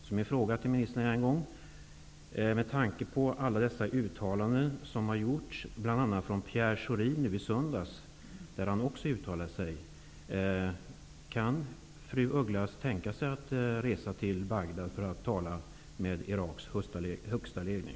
Min fråga till ministern blir därför än en gång: Kan fru af Ugglas mot bakgrund av alla de uttalanden som har gjorts, bl.a. av Pierre Schori i söndags, tänka sig att resa till Bagdad för att tala med Iraks högsta ledning?